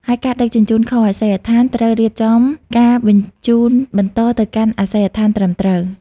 ហើយការដឹកជញ្ជូនខុសអាសយដ្ឋាន ត្រូវរៀបចំការបញ្ជូនបន្តទៅកាន់អាសយដ្ឋានត្រឹមត្រូវ។